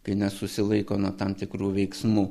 kai nesusilaiko nuo tam tikrų veiksmų